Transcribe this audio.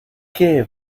qué